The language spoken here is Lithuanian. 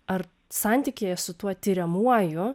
ar santykyje su tuo tiriamuoju